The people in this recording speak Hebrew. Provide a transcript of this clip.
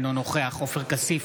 אינו נוכח עופר כסיף,